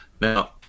Now